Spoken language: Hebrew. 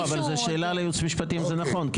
לא, אבל זו שאלה לייעוץ המשפטי אם זה נכון.